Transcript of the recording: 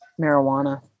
Marijuana